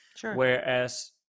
Whereas